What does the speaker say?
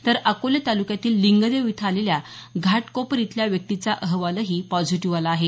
तर अकोले तालुक्यातील लिंगदेव इथं आलेल्या घाटकोपर इथल्या व्यक्तीचा अहवालही पॉझिटिव आला आहे